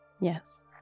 yes